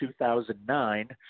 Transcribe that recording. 2009